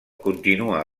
continua